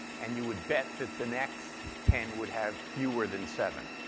and you would bet that the next ten would have fewer than seven.